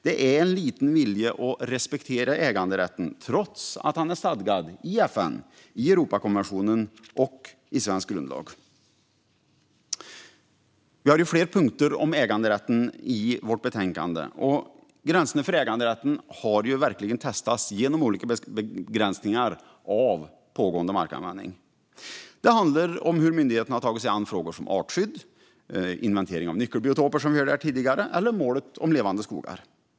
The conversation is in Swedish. Det är en liten vilja att respektera äganderätten trots att den är stadgad i FN, i Europakonventionen och i svensk grundlag. Vi har flera punkter om äganderätten i vårt betänkande. Gränserna för äganderätten har verkligen testats genom olika begränsningar av pågående markanvändning. Det handlar om hur myndigheterna har tagit sig an frågor som artskydd, inventeringen av nyckelbiotoper som vi hörde här tidigare eller målet om levande skogar.